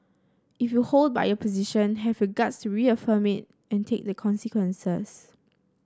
if you hold by your position have your guts to reaffirm it and take the consequences